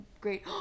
great